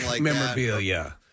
memorabilia